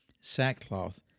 sackcloth